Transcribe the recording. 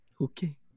okay